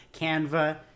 Canva